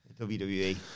WWE